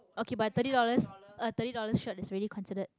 okay but thirty dollars a thirty dollars shirt is really considered